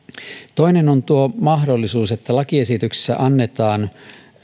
toinen on mahdollisuus että lakiesityksessä annetaan